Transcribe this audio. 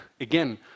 again